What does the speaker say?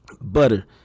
butter